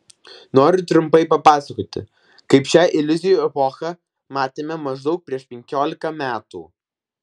noriu trumpai papasakoti kaip šią iliuzijų epochą matėme maždaug prieš penkiolika metų